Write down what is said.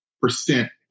percent